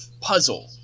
puzzle